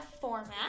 format